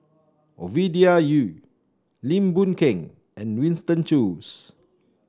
Ovidia Yu Lim Boon Keng and Winston Choos